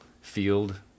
field